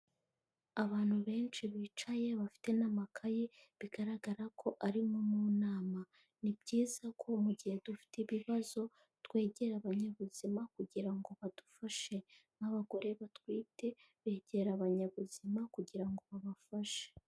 Abantu benshi bicaye bafite n'amakaye bigaragara ko ari nko mu nama. Ni byiza ko mu gihe dufite ibibazo, twegera abanyabuzima kugira ngo badufashe nk'abagore batwite begera abanyabuzima kugira ngo babafashe.